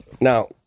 Now